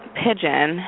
pigeon